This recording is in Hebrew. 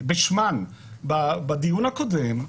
בשמן בדיון הקודם,